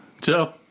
Joe